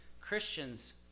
Christians